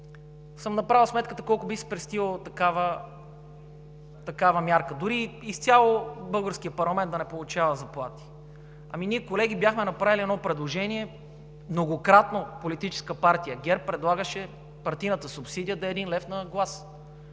съм направил сметката колко би спестила такава мярка, дори изцяло българският парламент да не получава заплати. Ами ние, колеги, бяхме направили едно предложение, многократно Политическа партия ГЕРБ предлагаше партийната субсидия да е един лев на глас